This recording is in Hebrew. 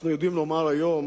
אנחנו יודעים לומר היום